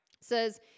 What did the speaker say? says